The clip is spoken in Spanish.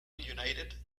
united